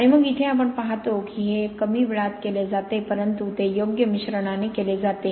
आणि मग इथे आपण पाहतो की हे एक कमी वेळात केले जाते परंतु ते योग्य मिश्रणाने केले जाते